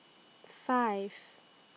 five